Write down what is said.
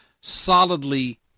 solidly